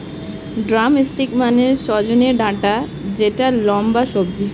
drumstick মানে সজনে ডাটা যেটা লম্বা সবজি